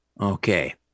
Okay